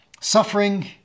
Suffering